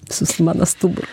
sus mano stuburu